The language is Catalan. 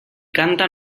canta